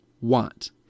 want